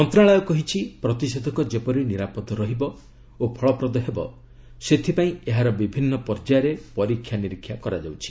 ମନ୍ତ୍ରଶାଳୟ କହିଛି ପ୍ରତିଷେଧକ ଯେପରି ନିରାପଦ ରହିବ ଓ ଫଳପ୍ରଦ ହେବ ସେଥିପାଇଁ ଏହାର ବିଭିନ୍ ପର୍ଯ୍ୟାୟରେ ପରୀକ୍ଷାନିରୀକ୍ଷା କରାଯାଉଛି